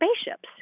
spaceships